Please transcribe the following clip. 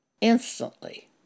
instantly